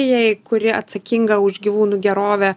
jei kuri atsakinga už gyvūnų gerovę